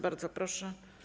Bardzo proszę.